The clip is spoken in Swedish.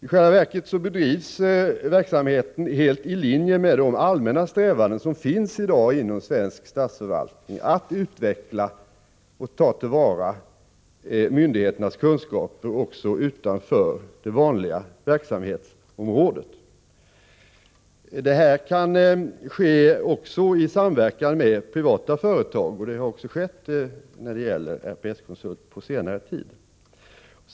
I själva verket bedrivs verksamheten helt i linje med de allmänna strävanden som finns i dag inom svensk statsförvaltning att utveckla och ta till vara myndigheternas kunskaper också utanför det vanliga verksamhetsområdet. Det kan ske även i samverkan med privata företag, och så har också skett på senare tid när det gäller RPS-konsult.